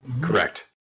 Correct